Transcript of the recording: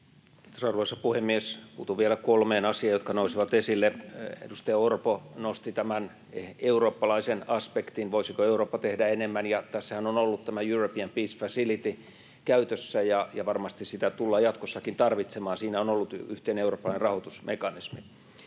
Kiitos, arvoisa puhemies! Puutun vielä kolmeen asiaan, jotka nousivat esille. Edustaja Orpo nosti tämän eurooppalaisen aspektin, voisiko Eurooppa tehdä enemmän: Tässähän on ollut tämä European Peace Facility käytössä, ja varmasti sitä tullaan jatkossakin tarvitsemaan. Siinä on ollut yhteinen eurooppalainen rahoitusmekanismi.